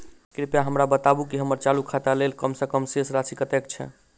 कृपया हमरा बताबू की हम्मर चालू खाता लेल कम सँ कम शेष राशि कतेक छै?